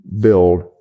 build